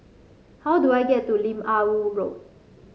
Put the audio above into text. how do I get to Lim Ah Woo Road